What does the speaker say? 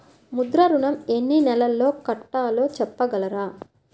ముద్ర ఋణం ఎన్ని నెలల్లో కట్టలో చెప్పగలరా?